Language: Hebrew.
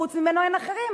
וחוץ ממנו אין אחרים.